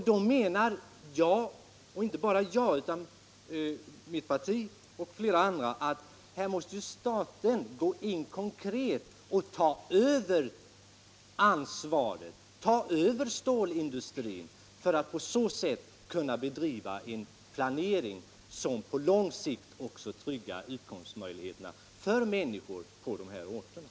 Då menar inte bara jag och mitt parti utan flera andra att staten måste gå in konkret och ta över ansvaret, ta över stålindustrin för att på så sätt kunna bedriva en planering som på lång sikt också tryggar utkomstmöjligheterna för människorna i de här orterna.